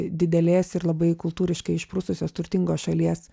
didelės ir labai kultūriškai išprususios turtingos šalies